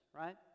right